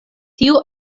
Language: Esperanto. tiu